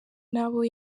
n’abo